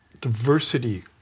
diversity